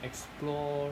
explore